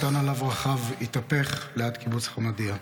הקטן שעליו רכב התהפך ליד קיבוץ חמדיה.